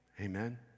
Amen